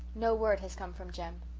no word has come from jem.